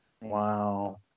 Wow